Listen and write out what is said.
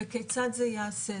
וכיצד זה ייעשה.